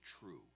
true